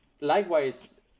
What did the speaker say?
likewise